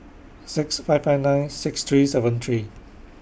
six five five nine six three seven three